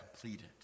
completed